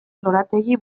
lorategi